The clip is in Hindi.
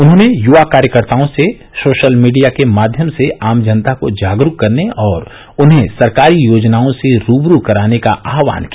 उन्होंने युवा कार्यकर्ताओं से सोशल मीडिया के माध्यम से आम जनता को जागरूक करने और उन्हें सरकारी योजनाओं से रूबरू कराने का आह्वान किया